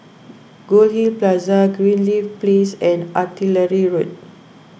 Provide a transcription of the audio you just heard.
Goldhill Plaza Greenleaf Place and Artillery Road